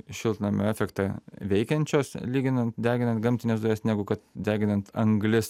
šiltnamio efektą veikiančios lyginant deginant gamtines dujas negu kad deginant anglis